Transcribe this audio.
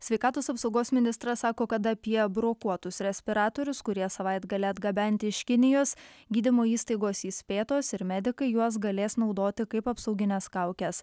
sveikatos apsaugos ministras sako kad apie brokuotus respiratorius kurie savaitgalį atgabenti iš kinijos gydymo įstaigos įspėtos ir medikai juos galės naudoti kaip apsaugines kaukes